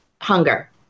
hunger